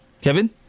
Kevin